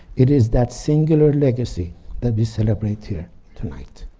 it is that singular legacy that we celebrate here tonight.